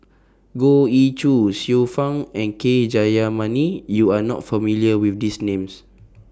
Goh Ee Choo Xiu Fang and K Jayamani YOU Are not familiar with These Names